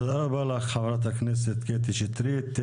תודה רבה לך חברת הכנסת קטי שטרית.